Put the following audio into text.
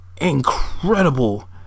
incredible